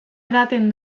edaten